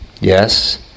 Yes